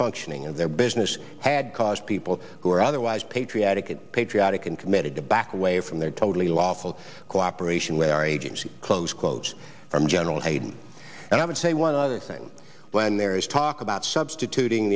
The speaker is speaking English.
functioning of their business had caused people who are otherwise patriotic and patriotic and committed to back away from their totally lawful cooperation with our agency close quote from general hayden and i would say one other thing when there is talk about substituting